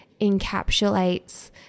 encapsulates